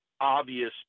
obvious